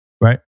Right